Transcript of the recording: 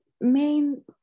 main